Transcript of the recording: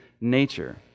nature